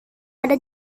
ada